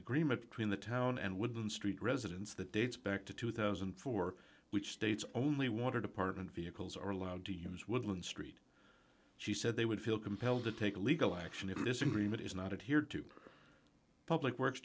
agreement between the town and woodland street residents that dates back to two thousand and four which states only water department vehicles are allowed to use woodland street she said they would feel compelled to take legal action in disagreement is not here to public works